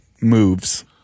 moves